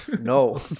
No